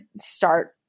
start